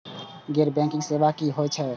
गैर बैंकिंग सेवा की होय छेय?